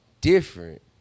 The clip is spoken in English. different